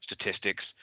statistics